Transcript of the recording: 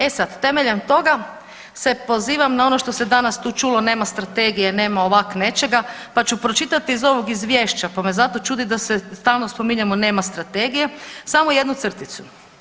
E sad, temeljem toga se pozivam na ono što se danas tu čulo nema strategije, nema ovak' nečega, pa ću pročitati iz ovog izvješća, pa me zato čudi da stalno spominjemo nema strategije samo jednu crticu.